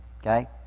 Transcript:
Okay